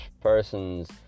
person's